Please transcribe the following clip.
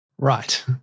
Right